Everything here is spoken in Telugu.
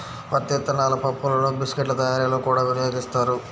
పత్తి విత్తనాల పప్పులను బిస్కెట్ల తయారీలో కూడా వినియోగిస్తారు